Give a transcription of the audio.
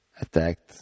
attacked